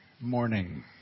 morning